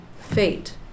fate